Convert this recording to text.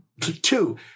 Two